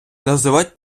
називають